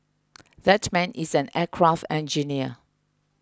that man is an aircraft engineer